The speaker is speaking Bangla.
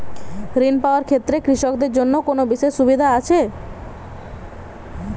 ঋণ পাওয়ার ক্ষেত্রে কৃষকদের জন্য কোনো বিশেষ সুবিধা আছে?